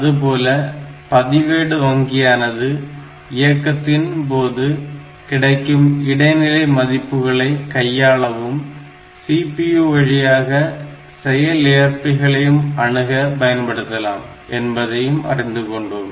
அதுபோல பதிவேடு வங்கியானது இயக்கத்தின் போது கிடைக்கும் இடைநிலை மதிப்புகளை கையாளவும் CPU வழியாக செயல் ஏற்பிகளையும் அணுக பயன்படுத்தலாம் என்பதையும் அறிந்து கொண்டோம்